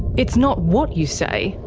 it's not what you say,